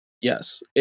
Yes